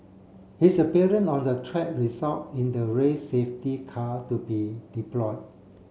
his appearance on the track result in the race safety car to be deployed